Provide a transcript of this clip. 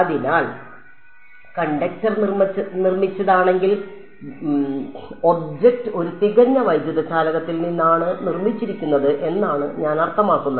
അതിനാൽ കണ്ടക്ടർ നിർമ്മിച്ചതാണെങ്കിൽ ഒബ്ജക്റ്റ് ഒരു തികഞ്ഞ വൈദ്യുതചാലകത്തിൽ നിന്നാണ് നിർമ്മിച്ചിരിക്കുന്നത് എന്നാണ് ഞാൻ അർത്ഥമാക്കുന്നത്